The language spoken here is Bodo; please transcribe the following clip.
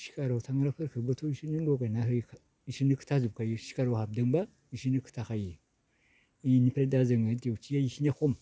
सिखाराव थांग्राफोरखोबोथ' इसोरनो लगायन होखायो इसोरनो खिथाजोबखायो सिखाराव हाबदोब्ला इसोरनो खोथाखायो इनिफ्राय दा जोङो डिउथिया इसिनिया खम